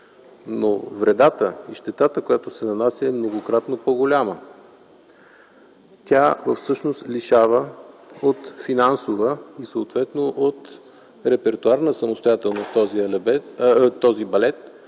но вредата и щетата, която се нанася, е многократно по-голяма. Тя всъщност лишава от финансова и съответно от репертоарна самостоятелност този балет,